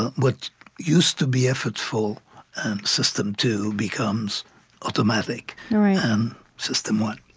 what used to be effortful and system two becomes automatic yeah and system one